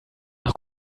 nach